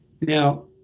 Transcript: Now